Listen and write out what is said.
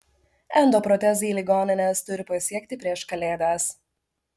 endoprotezai ligonines turi pasiekti prieš kalėdas